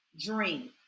dream